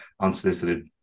unsolicited